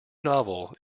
novel